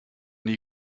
nie